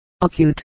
acute